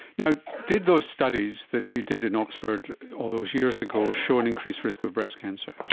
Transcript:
you know did those studies that you did in oxford all those years ago show an increased risk of breast cancer?